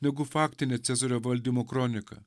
negu faktinė cezario valdymo kronika